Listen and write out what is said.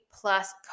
plus